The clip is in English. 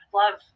love